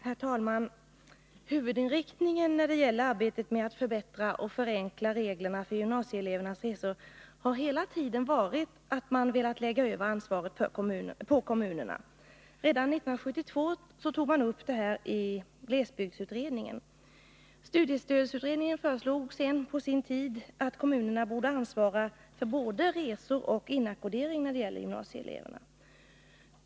Herr talman! Huvudinriktningen när det gäller arbetet med att förbättra och förenkla reglerna för gymnasieelevernas resor har hela tiden varit att man velat lägga över ansvaret på kommunerna. Redan 1972 togs detta upp av glesbygdsutredningen. Studiestödsutredningen föreslog på sin tid att kommunerna skulle ansvara för både resor och inackordering för gymnasieeleverna.